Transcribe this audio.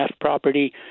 property